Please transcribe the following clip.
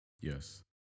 Yes